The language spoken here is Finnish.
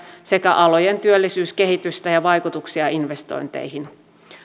sekä alojen työllisyyskehitystä ja vaikutuksia investointeihin